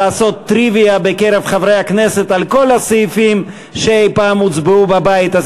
לעשות טריוויה בקרב חברי הכנסת על כל הסעיפים שאי-פעם הוצבעו בבית הזה.